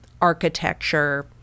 architecture